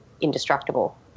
indestructible